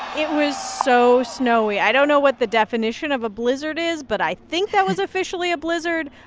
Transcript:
it was so snowy. i don't know what the definition of a blizzard is, but i think that was officially a blizzard.